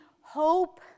hope